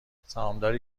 سهامداری